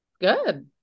Good